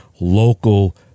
local